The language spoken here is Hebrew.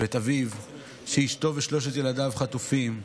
שאשתו ושלושת ילדיו חטופים,